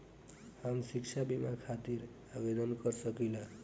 हम शिक्षा बीमा खातिर आवेदन कर सकिला?